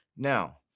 Now